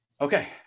okay